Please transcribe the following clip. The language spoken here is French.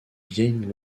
vieilles